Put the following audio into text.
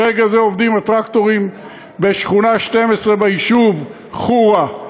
ברגע זה עובדים הטרקטורים בשכונה 12 ביישוב חורה,